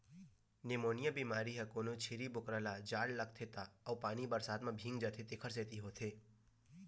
pneumonia बेमारी ह कोनो छेरी बोकरा ल जाड़ लागथे त अउ पानी बरसात म भीग जाथे तेखर सेती होथे